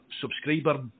subscriber